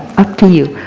up to you.